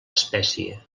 espècie